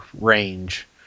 range